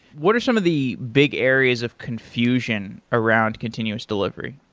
what are some of the big areas of confusion around continuous delivery?